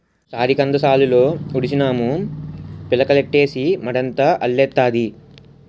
సారికంద సాలులో ఉడిసినాము పిలకలెట్టీసి మడంతా అల్లెత్తాది